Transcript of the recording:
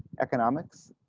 economics.